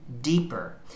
deeper